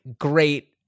great